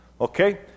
Okay